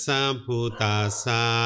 Samputasa